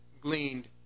gleaned